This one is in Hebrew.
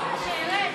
שירד.